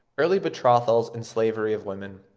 early betrothals and slavery of women.